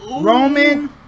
Roman